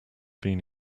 been